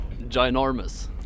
Ginormous